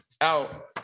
out